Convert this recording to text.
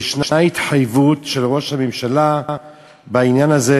ויש התחייבות של ראש הממשלה בעניין של,